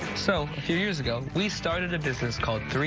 so a few years ago, we started a business, called three